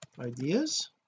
ideas